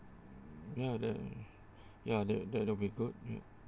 ya the ya that that will be good